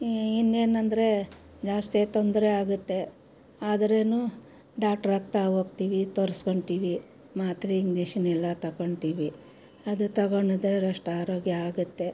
ಇನ್ನೇನಂದರೆ ಜಾಸ್ತಿ ತೊಂದರೆ ಆಗುತ್ತೆ ಆದ್ರೂ ಡಾಕ್ಟ್ರತ್ರ ಹೋಗ್ತಿವಿ ತೋರಿಸ್ಕೊಂತೀವಿ ಮಾತ್ರೆ ಇಂಜೆಷನ್ ಎಲ್ಲ ತೊಗೊತೀವಿ ಅದು ತೊಗೊಂಡು ನಂತರ ರೆಸ್ಟ್ ಆರೋಗ್ಯ ಆಗುತ್ತೆ